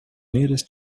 nearest